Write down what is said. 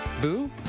Boo